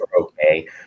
okay